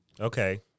okay